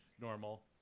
normal